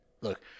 look